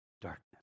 darkness